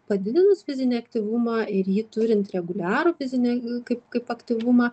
padidinus fizinį aktyvumą ir jį turint reguliarų fizinį kaip kaip aktyvumą